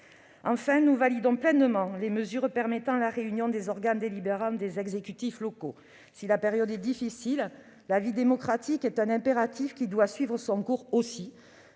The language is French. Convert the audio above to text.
Enfin, nous validons pleinement les mesures permettant la réunion des organes délibérants des exécutifs locaux. Si la période est difficile, la vie démocratique est un impératif qui doit aussi suivre son cours.